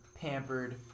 pampered